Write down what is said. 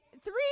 Three